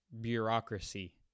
Bureaucracy